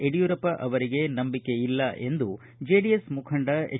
ಯಡಿಯೂರಪ್ಪ ಅವರಿಗೆ ನಂಬಿಕೆ ಇಲ್ಲ ಎಂದು ಜೆಡಿಎಸ್ ಮುಖಂಡ ಎಚ್